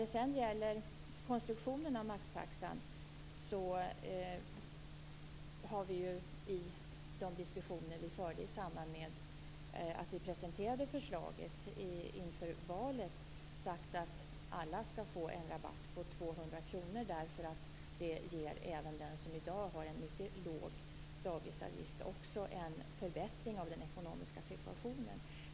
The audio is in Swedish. Vad beträffar maxtaxans konstruktion har vi i de diskussioner som fördes i samband med att vi presenterade förslaget inför valet sagt att alla skall få en rabatt om 200 kr. Detta ger även den som i dag har en mycket låg dagisavgift en förbättring av den ekonomiska situationen.